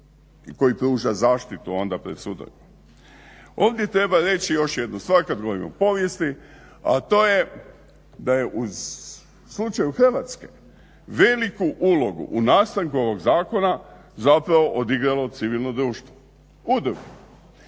koji pruža zaštitu onda pred sudovima. Ovdje treba reći još jednu stvar kad govorimo o povijesti, a to je da je u slučaju Hrvatske veliku ulogu u nastanku ovog Zakona zapravo odigralo civilno društvo, udruge.